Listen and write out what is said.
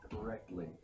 correctly